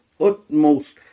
utmost